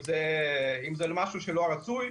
אם זה משהו שלא רצוי,